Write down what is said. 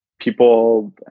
people